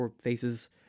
faces